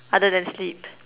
other than sleep